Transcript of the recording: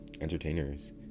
Entertainers